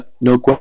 no